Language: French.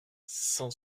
cent